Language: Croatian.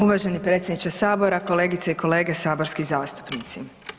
Uvaženi predsjedniče Sabora, kolegice i kolege saborski zastupnici.